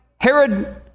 Herod